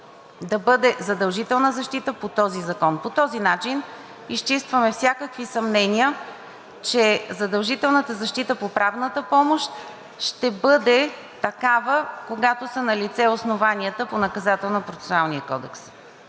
да бъде „задължителна защита по този закон“. По този начин изчистваме всякакви съмнения, че задължителната защита по правната помощ ще бъде такава, когато са налице основанията по Наказателно-процесуалния кодекс.